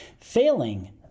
failing